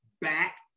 back